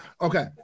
okay